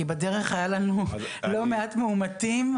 כי בדרך היה לנו לא מעט מאומתים,